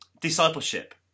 discipleship